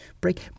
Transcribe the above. Break